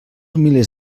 milers